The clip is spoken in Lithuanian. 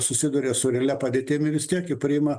susiduria su realia padėtimi vis tiek jie priima